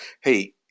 hey